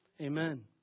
Amen